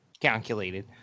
Calculated